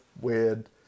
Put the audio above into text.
Weird